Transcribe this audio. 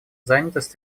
занятость